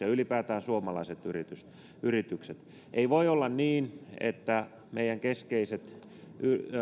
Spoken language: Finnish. ja ylipäätään suomalaiset yritykset pystyvät osallistumaan näihin kilpailutuksiin ei voi olla niin että meidän keskeiset